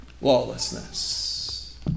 lawlessness